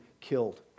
killed